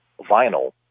vinyl